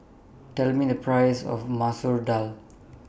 Tell Me The priceS of Masoor Dal